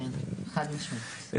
חד-משמעית.